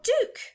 Duke